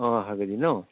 অঁ আধা K G ন